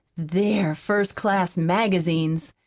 they're first-class magazines,